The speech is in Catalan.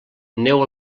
neu